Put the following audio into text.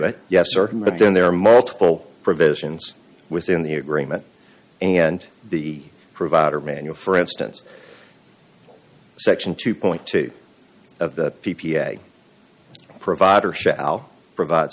it yes or no but then there are multiple provisions within the agreement and the provider manual for instance section two point two of the p p a provider shall provide